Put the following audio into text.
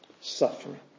suffering